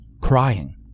crying